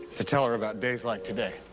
to tell her about days like today.